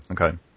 Okay